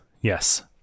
yes